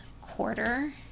quarter